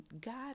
God